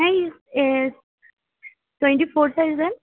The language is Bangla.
এই টোয়েন্টি ফোর থাউজেন্ড